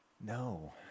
No